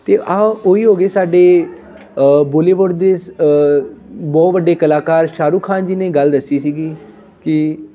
ਅਤੇ ਆਹ ਉਹ ਹੀ ਹੋ ਗਏ ਸਾਡੇ ਬੋਲੀਵੁੱਡ ਦੀ ਸ ਬਹੁਤ ਵੱਡੇ ਕਲਾਕਾਰ ਸ਼ਾਹਰੁਖ ਖਾਨ ਜੀ ਨੇ ਗੱਲ ਦੱਸੀ ਸੀਗੀ ਕਿ